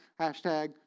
Hashtag